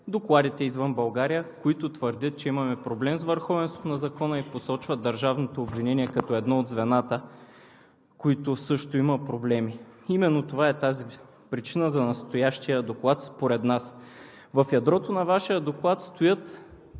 докладите извън България, които твърдят, че имаме проблем с върховенството на закона, и посочват държавното обвинение като едно от звената, в които също има проблеми. Според нас именно това е причината за настоящия доклад. В ядрото на Вашия доклад стоят